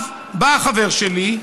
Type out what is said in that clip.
בא החבר שלי,